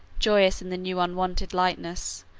joyous in the new unwonted lightness,